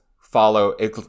follow